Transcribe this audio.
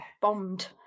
bombed